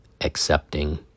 accepting